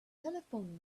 telephone